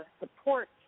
support